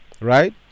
right